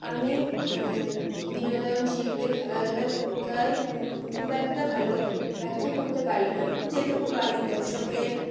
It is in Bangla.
আমি বিনোদন শিল্পে খেলাধুলার ভূমিকায় খুব একটা ভালো ব্যাখ্যা করতে পারি না যেটুকু পারি দর্শকের